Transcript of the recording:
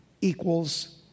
equals